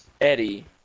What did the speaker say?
Eddie